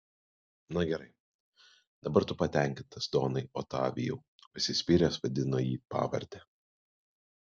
na gerai dabar tu patenkintas donai otavijau užsispyręs vadino jį pavarde